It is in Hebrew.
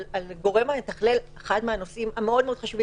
על הגורם המתכלל אחד מהנושאים המאוד חשובים.